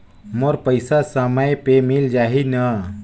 मोर पइसा समय पे मिल जाही न?